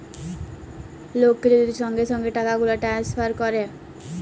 লককে যদি সঙ্গে সঙ্গে টাকাগুলা টেলেসফার ক্যরে